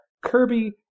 Kirby